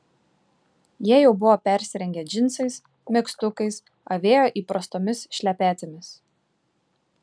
jie jau buvo persirengę džinsais megztukais avėjo įprastomis šlepetėmis